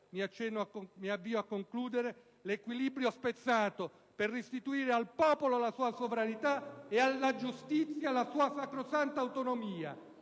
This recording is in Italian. ripristiniamo ora l'equilibrio spezzato, per restituire al popolo la sua sovranità e alla giustizia la sua sacrosanta autonomia,